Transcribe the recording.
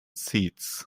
seats